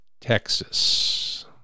texas